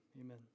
amen